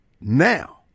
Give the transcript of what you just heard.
now